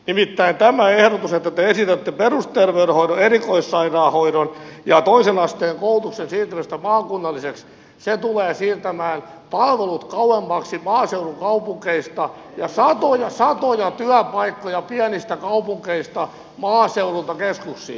nimittäin tämä ehdotus että te esitätte perusterveydenhoidon erikoissairaanhoidon ja toisen asteen koulutuksen siirtämistä maakunnalliseksi se tulee siirtämään palvelut kauemmaksi maaseudun kaupungeista ja satoja työpaikkoja pienistä kaupungeista maaseudulta keskuksiin